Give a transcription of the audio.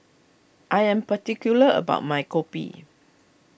I am particular about my Kopi